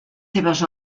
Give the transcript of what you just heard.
seves